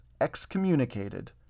excommunicated